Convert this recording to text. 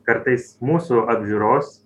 kartais mūsų apžiūros